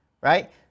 right